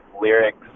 lyrics